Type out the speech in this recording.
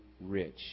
rich